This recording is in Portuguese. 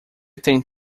tem